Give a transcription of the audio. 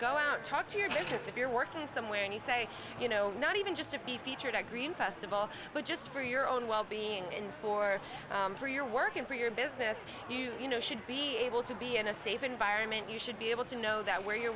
go out talk to your business if you're working somewhere and you say you know not even just to be featured at green festival but just for your own well being and for for your work and for your business you should be able to be in a safe environment you should be able to know that where you're